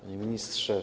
Panie Ministrze!